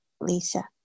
Lisa